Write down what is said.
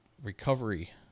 recovery